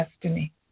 destiny